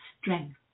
strength